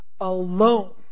alone